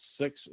six